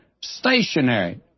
stationary